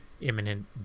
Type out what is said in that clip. imminent